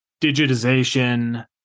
digitization